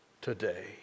today